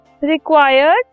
required